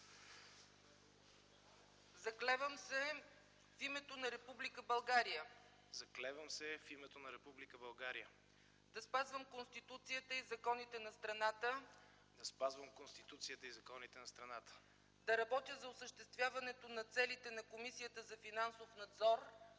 „Заклевам се в името на Република България да спазвам Конституцията и законите на страната, да работя за осъществяването на целите на Комисията за финансов надзор,